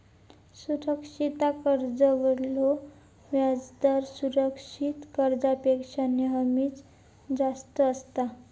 असुरक्षित कर्जावरलो व्याजदर सुरक्षित कर्जापेक्षा नेहमीच जास्त असता